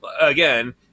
again